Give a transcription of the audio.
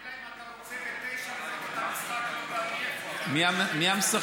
אלא אם כן אתה רוצה ב-21:00 משחק, מי המשחקים?